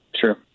Sure